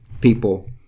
people